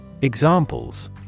Examples